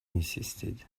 insisted